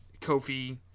Kofi